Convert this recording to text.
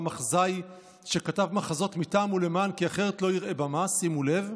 במחזאי שכתב מחזות מטעם ולמען כי אחרת לא יראה במה" שימו לב,